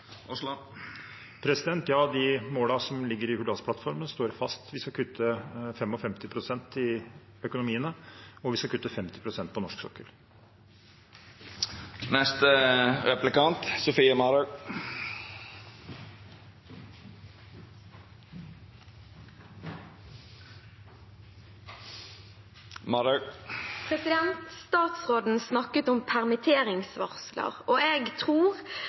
Ja, de målene som ligger i Hurdalsplattformen, står fast. Vi skal kutte 55 pst. i økonomiene, og vi skal kutte 50 pst. på norsk sokkel. Statsråden snakket om permitteringsvarsler. Jeg tror